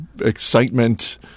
excitement